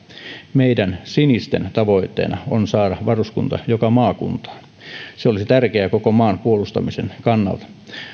meidän sinisten tavoitteena on saada varuskunta joka maakuntaan se olisi tärkeää koko maan puolustamisen kannalta